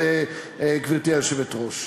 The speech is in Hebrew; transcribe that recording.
גברתי היושבת-ראש.